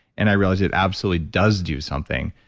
and i realized it absolutely does do something.